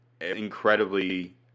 incredibly